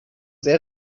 sehr